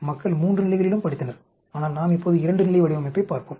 மக்கள் 3 நிலைகளிலும் படித்தனர் ஆனால் நாம் இப்போது 2 நிலை வடிவமைப்பைப் பார்ப்போம்